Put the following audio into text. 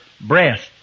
breast